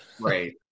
Right